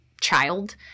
child